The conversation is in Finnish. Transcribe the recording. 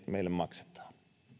meille maksetaan